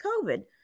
COVID